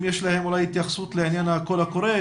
אם יש להם אולי התייחסות לעניין קול הקורא.